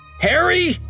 Harry